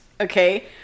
Okay